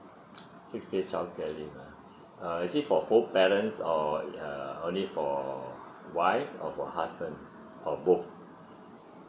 six days childcare leave ah uh is it for both parents or err only for wife or for husband or both